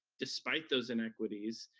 despite those inequities,